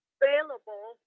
available